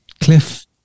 Cliff